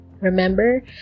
remember